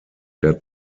der